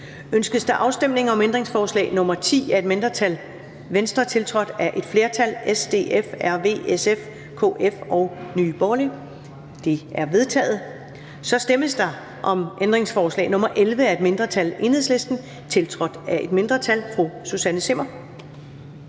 Ønskes der afstemning om ændringsforslag nr. 10 af et mindretal (V), tiltrådt af et flertal (S, DF, RV, SF, KF og NB)? Det er vedtaget. Der stemmes om ændringsforslag nr. 11 af et mindretal (EL), tiltrådt af et mindretal (Susanne Zimmer